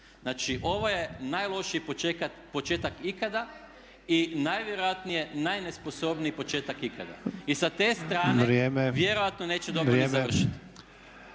Znači ovo je najlošiji početak ikada i najvjerojatnije najnesposobniji početak ikada. I sa te strane vjerojatno neće dobro ni završiti.